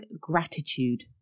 gratitude